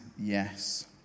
yes